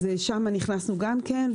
אז שם נכנסנו גם כן,